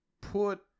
put